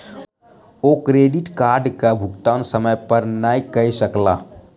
ओ credit कार्डक भुगतान समय पर नै कय सकला